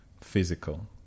physical